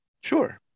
sure